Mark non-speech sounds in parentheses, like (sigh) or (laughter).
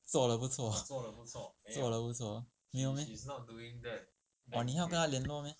做的不错 (breath) 做的不错没有 meh !wah! 你还有跟他联络 meh